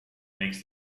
makes